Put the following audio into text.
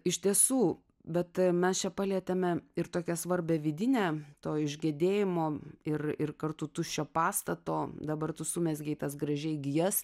iš tiesų bet mes čia palietėme ir tokią svarbią vidinę to išgedėjimo ir ir kartu tuščio pastato dabar tu sumezgei tas gražiai gijas